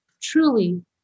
truly